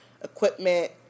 equipment